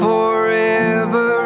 forever